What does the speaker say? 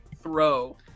throw